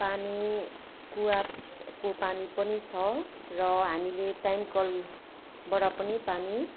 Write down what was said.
पानी कुवाको पानी पनि छ र हामीले टाइम कलबाट पनि पानी